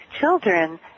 children